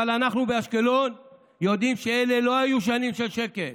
אבל אנחנו באשקלון יודעים שאלה לא היו שנים של שקט